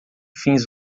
fins